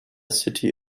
city